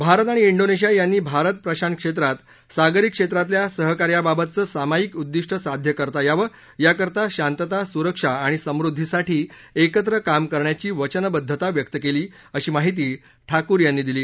भारत आणि डीनेशिया यांनी भारत प्रशांत क्षेत्रात सागरी क्षेत्रातल्या सहकार्याबाबतचं सामाईक उद्दिष्ट साध्य करता यावं याकरता शांतता सुरक्षा आणि समुद्दीसाठी एकत्र काम करण्याची वचनबद्धता व्यक्त केली अशी माहिती ठाकूर यांनी दिली